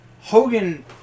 Hogan